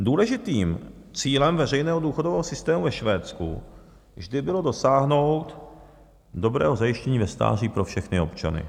Důležitým cílem veřejného důchodového systému ve Švédsku vždy bylo dosáhnout dobrého zajištění ve stáří pro všechny občany.